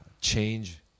change